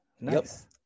Nice